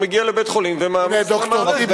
הוא מגיע לבית-חולים ומעמיס על המערכת.